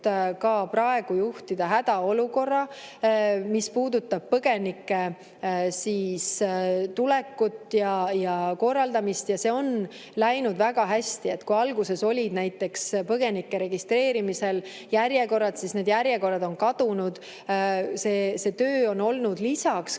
praegu juhtida hädaolukorra, mis puudutab põgenike tulekut ja [sellega seonduva] korraldamist. Ja see on läinud väga hästi. Kui alguses olid põgenike registreerimisel järjekorrad, siis need järjekorrad on kadunud. See töö on olnud lisaks kõigele